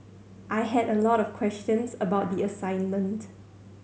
I had a lot of questions about the assignment